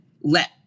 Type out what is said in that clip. let